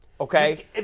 Okay